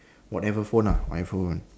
whatever phone ah iphone